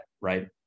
right